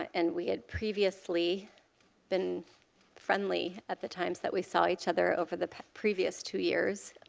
and we had previously been friendly, at the times that we saw each other over the previous two years,